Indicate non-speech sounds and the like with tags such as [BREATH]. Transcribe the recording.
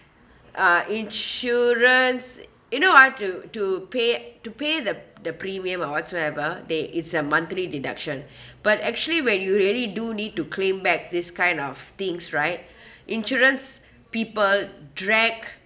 uh insurance you know ah to to pay to pay the the premium or whatsoever they it's a monthly deduction [BREATH] but actually when you really do need to claim back this kind of things right [BREATH] insurance people drag